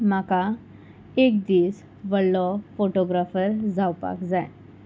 म्हाका एक दीस व्हडलो फोटोग्राफर जावपाक जाय